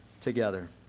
together